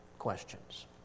questions